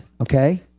okay